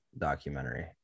documentary